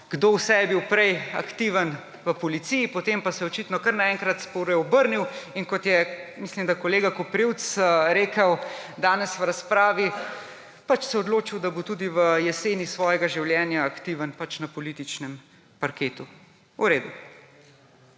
kdo vse je bil prej aktiven v policiji, potem pa se je očitno kar naenkrat spreobrnil in kot je, mislim da, kolega Koprivc rekel danes v razpravi, pač se je odločil, da bo tudi v jeseni svojega življenja aktiven na političnem parketu. V redu.